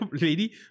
lady